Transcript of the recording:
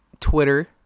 Twitter